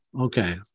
Okay